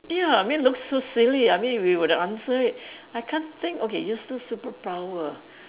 ya I mean looks so silly I mean if we were to answer it I can't think okay useless superpower